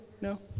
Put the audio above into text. No